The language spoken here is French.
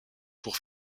pour